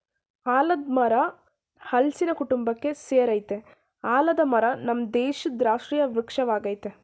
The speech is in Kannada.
ಆಲದ್ ಮರ ಹಲ್ಸಿನ ಕುಟುಂಬಕ್ಕೆ ಸೆರಯ್ತೆ ಆಲದ ಮರ ನಮ್ ದೇಶದ್ ರಾಷ್ಟ್ರೀಯ ವೃಕ್ಷ ವಾಗಯ್ತೆ